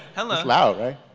hello. it's loud right.